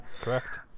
Correct